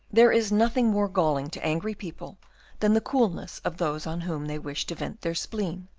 there is nothing more galling to angry people than the coolness of those on whom they wish to vent their spleen.